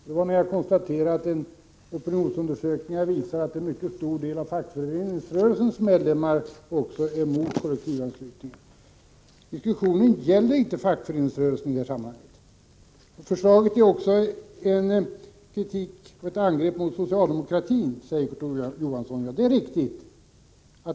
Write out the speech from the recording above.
Det var när jag konstaterade att opinionsundersökningar visar att en mycket stor del av fackföreningsrörelsens medlemmar också är emot kollektivanslutningen. Diskussionen gäller inte fackföreningsrörelsen. Förslaget är också en kritik och ett angrepp mot socialdemokratin, säger Kurt Ove Johansson. Ja, det är riktigt.